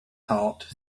heart